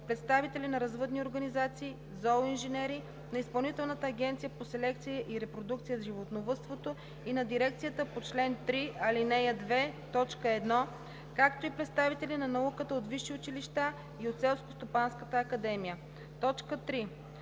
представители на развъдни организации – зооинженери, на Изпълнителната агенция по селекция и репродукция в животновъдството и на дирекцията по чл. 3, ал. 2, т. 1, както и представители на науката от висши училища и от Селскостопанската академия.“ 3.